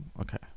okay